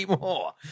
more